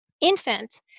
infant